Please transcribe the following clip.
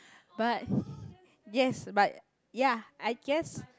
but yes but ya I guess